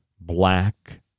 black